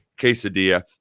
quesadilla